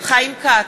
חיים כץ,